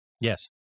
Yes